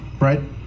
right